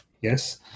yes